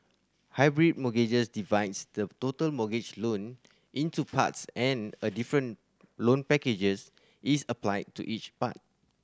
hybrid mortgages divides the total mortgage loan into parts and a different loan packages is applied to each part